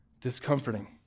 discomforting